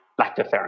lactoferrin